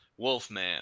Wolfman